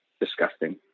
disgusting